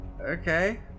Okay